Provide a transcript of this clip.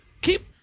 Keep